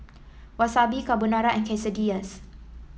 Wasabi Carbonara and Quesadillas